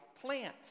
plant